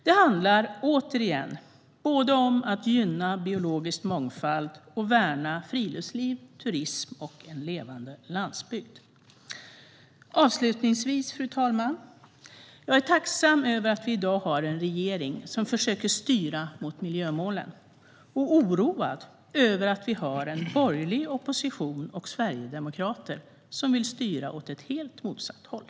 Det handlar - återigen - både om att gynna biologisk mångfald och om att värna friluftsliv, turism och levande landsbygd. Fru talman! Jag är avslutningsvis tacksam över att vi i dag har en regering som försöker styra mot miljömålen och oroad över att vi har en borgerlig opposition och sverigedemokrater som vill styra åt ett helt motsatt håll.